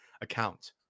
account